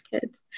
kids